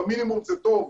במינימום זה טוב.